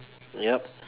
yup